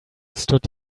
stood